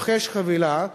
רוכש חבילה,